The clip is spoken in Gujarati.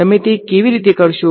તમે તે કેવી રીતે કરશો